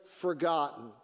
forgotten